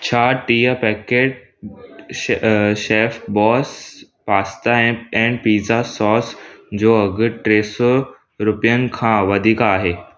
छा टीह packet chef boss pasta and pizza sauce जो अघु टे सौ रुपयनि खां वधीक आहे